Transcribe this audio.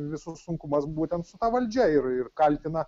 visus sunkumas būtent su ta valdžia ir kaltina